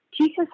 Jesus